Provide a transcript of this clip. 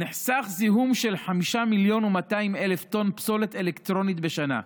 נחסך זיהום של 5.2 מיליון טונות פסולת אלקטרונית בשנה.